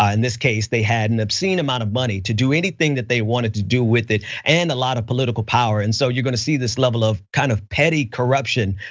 ah in this case, they had an obscene amount of money to do anything that they wanted to do with it and a lot of political power. and so you're gonna see this level of kind of petty corruption.